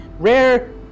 Rare